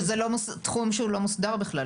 שלא לדבר על זה שזה תחום שהוא לא מוסדר בכלל.